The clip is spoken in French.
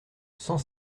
cent